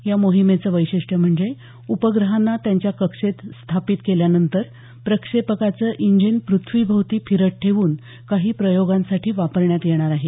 या मोहिमेचं वैशिष्ट्य म्हणजे उपग्रहांना त्यांच्या कक्षेत स्थापित केल्यानंतर प्रक्षेपकाचं इंजिन पृथ्वीभोवती फिरत ठेवून काही प्रयोगांसाठी वापरण्यात येणार आहे